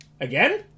Again